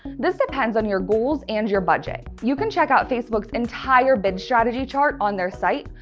this depends on your goals and your budget. you can check out facebook's entire bid strategy chart on their site,